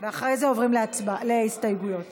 ואחרי זה עוברים להצבעה על ההסתייגויות.